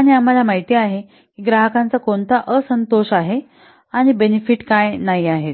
आणि आम्हाला माहित आहे की ग्राहकांचा कोणता असंतोष आहे आणि बेनिफिट काय नाही आहे